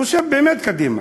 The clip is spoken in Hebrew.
חושב באמת קדימה.